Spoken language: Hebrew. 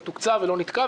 מתוקצב ולא נתקע.